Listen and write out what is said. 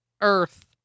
Earth